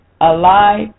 Alive